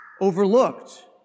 overlooked